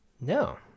No